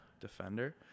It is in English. Defender